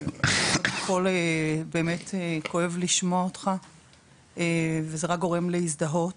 קודם כל באמת כואב לשמוע אותך וזה רק גורם להזדהות.